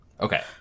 Okay